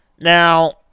Now